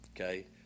okay